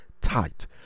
tight